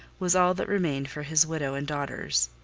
was all that remained for his widow and daughters.